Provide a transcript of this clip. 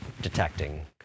detecting